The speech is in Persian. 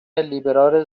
لیبرال